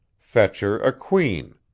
fetcher a queen,